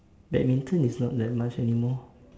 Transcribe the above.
badminton is not that much anymore